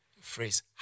phrase